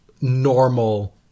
normal